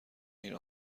این